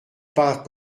pas